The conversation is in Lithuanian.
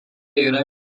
yra